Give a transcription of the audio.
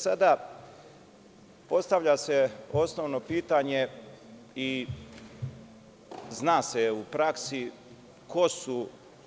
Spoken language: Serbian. Sada se postavlja osnovno pitanje, zna se u praksi ko su